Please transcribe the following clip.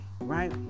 Right